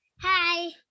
hi